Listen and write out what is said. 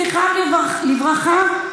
זכרם לברכה?